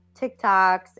TikToks